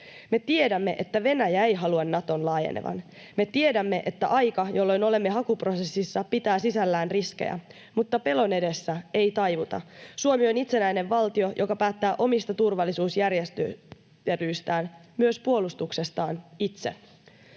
Me tiedämme, että Venäjä ei halua Naton laajenevan. Me tiedämme, että aika, jolloin olemme hakuprosessissa, pitää sisällään riskejä, mutta pelon edessä ei taivuta. Suomi on itsenäinen valtio, joka päättää omista turvallisuusjärjestelyistään, myös puolustuksestaan, itse.